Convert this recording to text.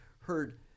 heard